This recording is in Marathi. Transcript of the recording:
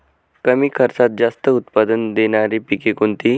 कमी खर्चात जास्त उत्पाद देणारी पिके कोणती?